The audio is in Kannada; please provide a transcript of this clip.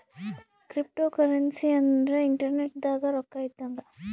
ಕ್ರಿಪ್ಟೋಕರೆನ್ಸಿ ಅಂದ್ರ ಇಂಟರ್ನೆಟ್ ದಾಗ ರೊಕ್ಕ ಇದ್ದಂಗ